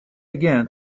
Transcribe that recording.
again